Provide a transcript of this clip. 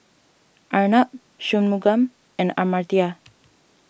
Arnab Shunmugam and Amartya